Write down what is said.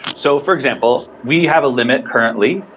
so, for example, we have a limit currently,